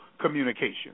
communication